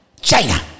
China